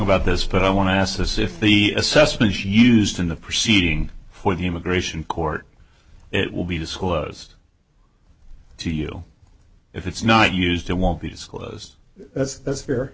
about this but i want to ask this if the assessment is used in the proceeding when the immigration court it will be disclosed to you if it's not used and won't be disclosed as that's fair